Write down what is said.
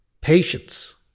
patience